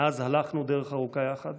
מאז הלכנו דרך ארוכה יחד,